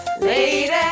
Lady